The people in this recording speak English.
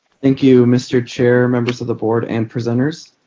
thank you mr. chair, members of the board and presenters.